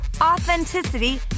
authenticity